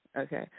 Okay